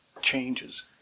changes